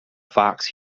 fox